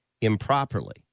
improperly